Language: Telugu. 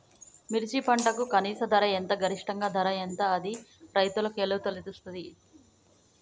మిర్చి పంటకు కనీస ధర ఎంత గరిష్టంగా ధర ఎంత అది రైతులకు ఎలా తెలుస్తది?